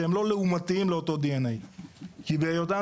שהם לא לעומתיים לאותו DNA. כי בהיותם